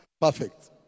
Perfect